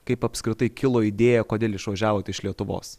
kaip apskritai kilo idėja kodėl išvažiavot iš lietuvos